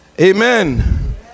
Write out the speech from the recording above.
Amen